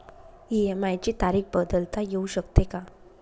EMI ची तारीख बदलता येऊ शकते का?